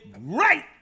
right